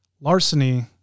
larceny